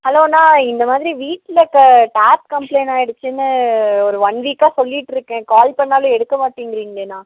hello அண்ணா இந்தமாதிரி வீட்டில் டாப் கம்ப்ளைண்ட் ஆகிடிச்சின்னு ஒரு ஒன் வீக்காக சொல்லிட்டு இருக்கேன் கால் பண்ணாலும் எடுக்க மாட்டேங்கிறீங்களேண்ணா